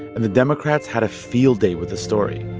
and the democrats had a field day with the story.